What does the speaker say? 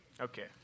Okay